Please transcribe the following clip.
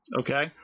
okay